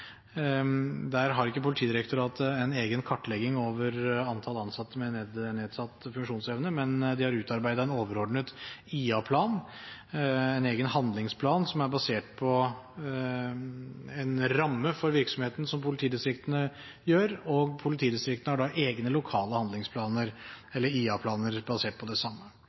har ikke en egen kartlegging over antall ansatte med nedsatt funksjonsevne, men de har utarbeidet en overordnet IA-plan, en egen handlingsplan, som er basert på en ramme for virksomheten som politidistriktene gjør, og politidistriktene har da egne lokale handlingsplaner, eller IA-planer, basert på det samme.